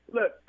Look